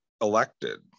elected